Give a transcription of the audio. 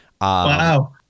Wow